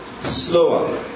slower